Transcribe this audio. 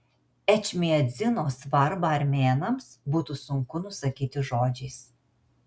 ečmiadzino svarbą armėnams būtų sunku nusakyti žodžiais